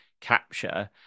capture